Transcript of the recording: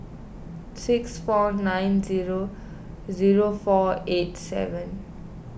six four nine zero zero four eight seven